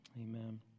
Amen